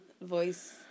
voice